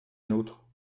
nôtre